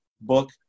book